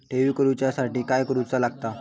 ठेवी करूच्या साठी काय करूचा लागता?